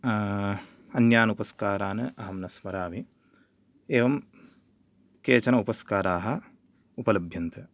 अन्यान् उपस्कारान् अहं न स्मरामि एवं केचन उपस्काराः उपलभ्यन्ते